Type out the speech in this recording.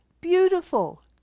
Beautiful